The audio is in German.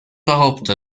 behauptet